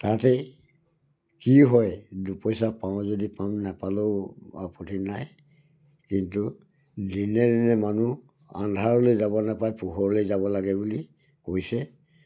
তাতে কি হয় দুপইচা পাওঁ যদি পাম নাপালেও আপত্তি নাই কিন্তু দিনে দিনে মানুহ আন্ধাৰলৈ যাব নাপায় পোহৰলৈ যাব লাগে বুলি কৈছে